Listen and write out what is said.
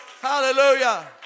hallelujah